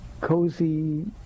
cozy